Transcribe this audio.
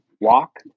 walk